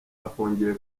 afungiwe